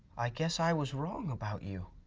i guess i was wrong about you.